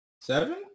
Seven